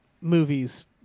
movies